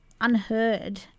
unheard